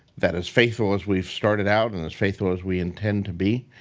that as faithful as we've started out and as faithful as we intend to be,